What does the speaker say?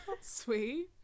Sweet